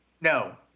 No